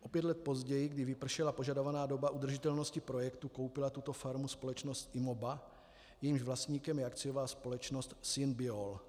O pět let později, když vypršela požadovaná doba udržitelnosti projektu, koupila tuto farmu společnost Imoba, jejímž vlastníkem je akciová společnost SynBiol.